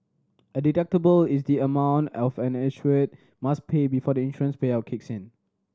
a deductible is the amount of an insured must pay before the insurance payout kicks in